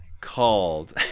called